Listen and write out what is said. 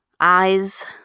eyes